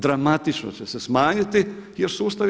Dramatično će se smanjiti jer sustav je